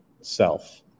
self